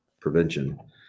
Prevention